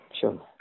sure